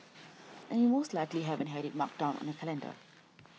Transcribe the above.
and you most likely haven't had it marked down on your calendar